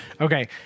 Okay